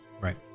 Right